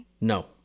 No